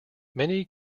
many